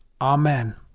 Amen